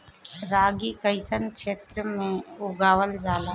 रागी कइसन क्षेत्र में उगावल जला?